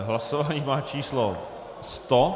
Hlasování má číslo 100.